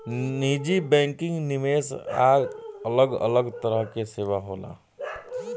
निजी बैंकिंग, निवेश आ अलग अलग तरह के सेवा होला